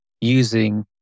using